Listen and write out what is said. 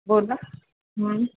बोला हं